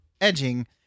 edging